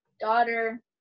daughter